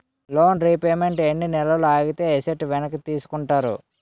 Loan repayment ఎన్ని నెలలు ఆగితే ఎసట్ వెనక్కి తీసుకుంటారు?